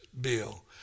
bill